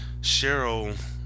Cheryl